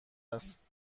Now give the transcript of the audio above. است